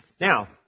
Now